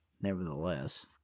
nevertheless